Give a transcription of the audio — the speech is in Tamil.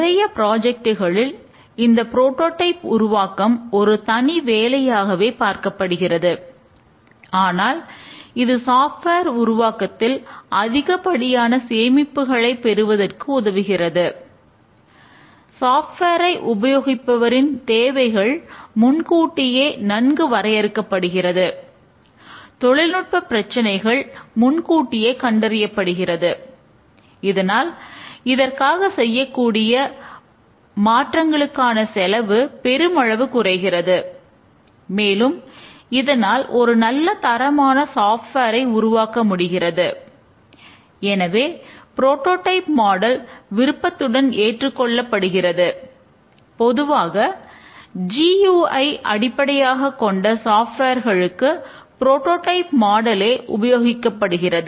நிறைய ப்ராஜெக்ட்களில் உபயோகிக்கப்படுகிறது